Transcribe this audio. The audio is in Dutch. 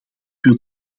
wil